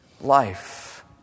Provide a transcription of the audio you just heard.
life